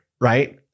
right